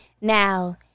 Now